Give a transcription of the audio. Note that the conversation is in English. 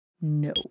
no